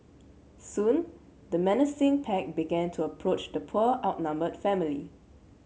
soon the menacing pack began to approach the poor outnumbered family